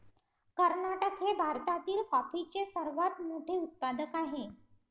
कर्नाटक हे भारतातील कॉफीचे सर्वात मोठे उत्पादक आहे